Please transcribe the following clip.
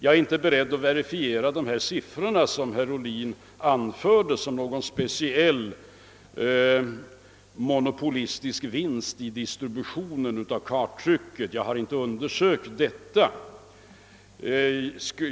Jag är inte beredd att verifiera de siffror som herr Ohlin anförde som någon speciell monopolistisk vinst på distributionen av karttryck. Jag har inte undersökt detta.